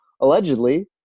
allegedly